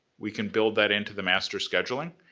we can build that into the master scheduling.